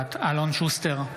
שוסטר,